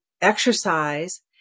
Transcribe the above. exercise